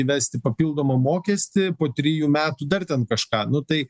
įvesti papildomą mokestį po trijų metų dar ten kažką nu tai